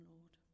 Lord